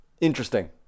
interesting